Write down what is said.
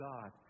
God